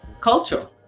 culture